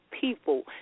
people